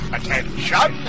Attention